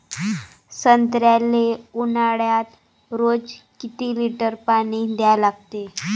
संत्र्याले ऊन्हाळ्यात रोज किती लीटर पानी द्या लागते?